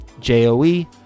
J-O-E